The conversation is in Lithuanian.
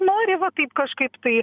nori va taip kažkaip tai